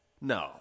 No